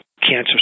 cancer